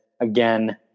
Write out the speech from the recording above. again